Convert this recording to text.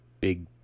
big